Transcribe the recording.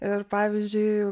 ir pavyzdžiui